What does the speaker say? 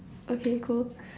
okay cool